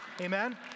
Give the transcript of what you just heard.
Amen